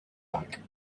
back